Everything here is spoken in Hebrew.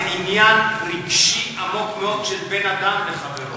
זה עניין רגשי עמוק של בין אדם לחברו.